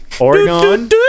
Oregon